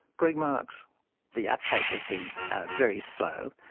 greg marks the uptake has been very slow,